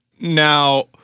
Now